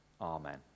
amen